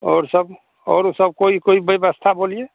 और सब और सब कोई कोई व्यवस्था बोलिए